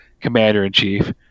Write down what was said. commander-in-chief